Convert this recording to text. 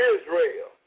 Israel